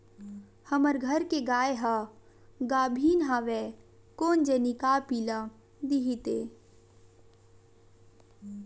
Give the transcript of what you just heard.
हमर घर के गाय ह गाभिन हवय कोन जनी का पिला दिही ते